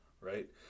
right